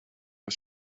was